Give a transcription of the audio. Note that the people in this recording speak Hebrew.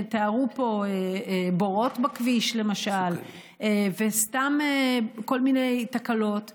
תיארו פה בורות בכביש למשל וסתם כל מיני תקלות ומפגעים,